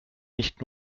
nicht